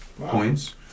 points